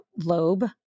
lobe